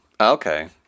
Okay